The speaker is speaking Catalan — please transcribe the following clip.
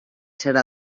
serà